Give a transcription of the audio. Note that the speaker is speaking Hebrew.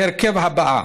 בהרכב הזה: